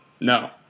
No